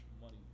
money